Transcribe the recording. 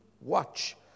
watch